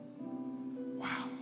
Wow